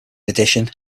addition